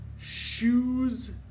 Shoes